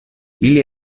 ili